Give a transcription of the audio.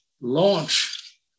launch